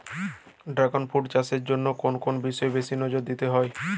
Dragon fruit চাষের জন্য কোন কোন বিষয়ে বেশি জোর দিতে হয়?